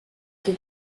que